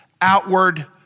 outward